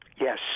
Yes